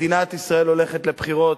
מדינת ישראל הולכת לבחירות.